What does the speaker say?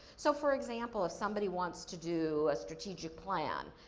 so, for example, if somebody wants to do a strategic plan,